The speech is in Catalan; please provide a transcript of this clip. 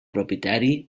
propietari